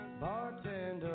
Bartender